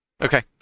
Okay